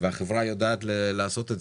שהחברה יודעת לעשות.